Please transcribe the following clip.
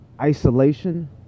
isolation